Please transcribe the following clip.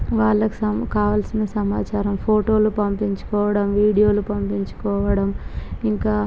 వాళ్ళకి కావలసిన సమాచారం ఫోటోలు పంపించుకోవడం వీడియోలు పంపించుకోవడం ఇంకా